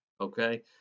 okay